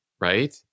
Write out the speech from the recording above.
right